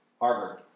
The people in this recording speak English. Harvard